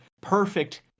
perfect